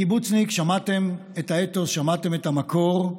קיבוצניק, שמעתם את האתוס, שמעתם את המקור,